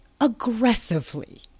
aggressively